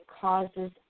causes